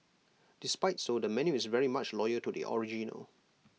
despite so the menu is very much loyal to the original